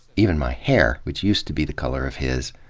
even my hair, wh ich used to be the color of his,